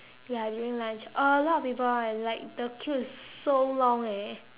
ya during lunch a lot of people [one] like the queue is so long eh